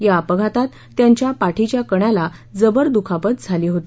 या अपघातात त्यांच्या पाठीच्या कण्याला जबर दुखापत झाली होती